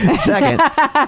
Second